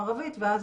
ערבית ואז